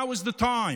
Now is the time